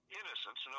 innocence